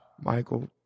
Michael